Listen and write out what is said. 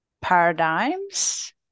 paradigms